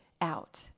out